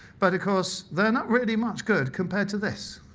but of course, they're not really much good compared to this.